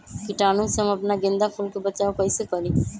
कीटाणु से हम अपना गेंदा फूल के बचाओ कई से करी?